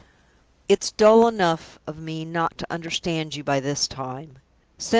it's dull enough of me not to understand you by this time.